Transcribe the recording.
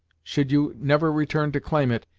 should you never return to claim it,